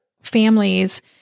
families